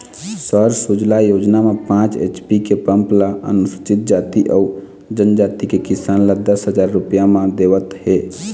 सौर सूजला योजना म पाँच एच.पी के पंप ल अनुसूचित जाति अउ जनजाति के किसान ल दस हजार रूपिया म देवत हे